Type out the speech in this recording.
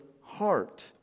heart